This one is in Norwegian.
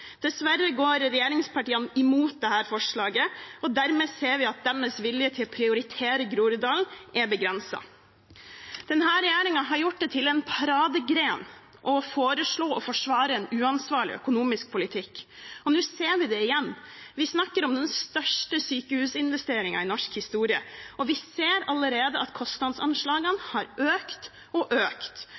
Dessverre går regjeringspartiene imot dette forslaget, og dermed ser vi at deres vilje til å prioritere Groruddalen er begrenset. Denne regjeringen har gjort det til en paradegren å foreslå og forsvare en uansvarlig økonomisk politikk, og nå ser vi det igjen. Vi snakker om den største sykehusinvesteringen i norsk historie, og vi ser allerede at kostnadsanslagene har økt og økt.